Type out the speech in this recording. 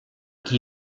qui